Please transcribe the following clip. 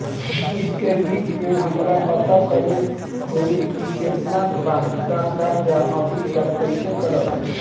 किश्त के बीच मे हमरा पता करे होई की केतना बाकी बा कर्जा अभी त कइसे करम?